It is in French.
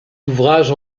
ouvrages